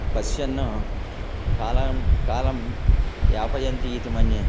पश्यन् कालं कालं यापयन्ति इति मन्ये